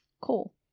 cool